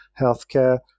healthcare